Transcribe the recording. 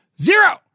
zero